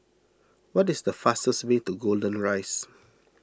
what is the fastest way to Golden Rise